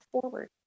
forward